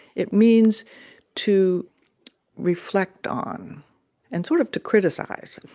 it means to reflect on and sort of to criticize.